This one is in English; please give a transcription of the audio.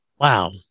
wow